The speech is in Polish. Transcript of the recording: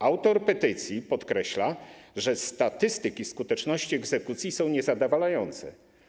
Autor petycji podkreśla, że statystyki dotyczące skuteczności egzekucji są niezadowalające.